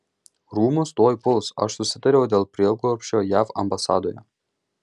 rūmus tuoj puls aš susitariau dėl prieglobsčio jav ambasadoje